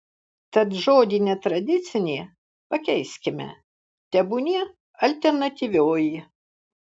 tad žodį netradicinė pakeiskime tebūnie alternatyvioji